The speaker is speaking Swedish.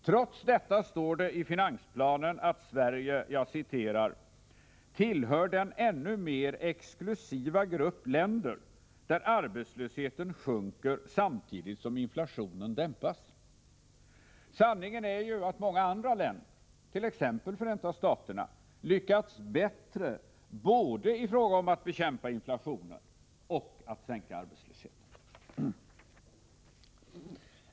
Trots detta står det i finansplanen att Sverige ”tillhör den ännu mer exklusiva grupp länder där arbetslösheten sjunker samtidigt som inflationen dämpas”. Sanningen är att många andra länder, t.ex. Förenta staterna, lyckats bättre i fråga om både att bekämpa inflationen och att sänka arbetslösheten.